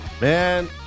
Man